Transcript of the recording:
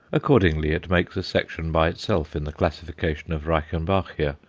accordingly, it makes a section by itself in the classification of reichenbachia,